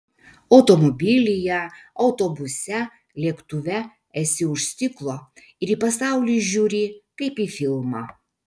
automobilyje autobuse lėktuve esi už stiklo ir į pasaulį žiūri kaip į filmą